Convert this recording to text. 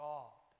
God